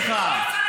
אתה תתבייש לך.